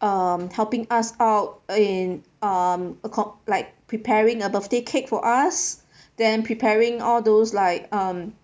um helping us out and in um accom~ like preparing a birthday cake for us then preparing all those like um